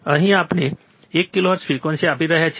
અહીં આપણે એક કિલોહર્ટ્ઝ ફ્રિક્વન્સી આપી રહ્યા છીએ